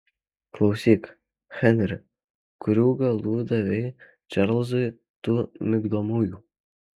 klausyk henri kurių galų davei čarlzui tų migdomųjų